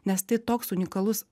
nes tai toks unikalus